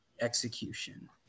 execution